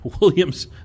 williams